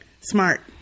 Smart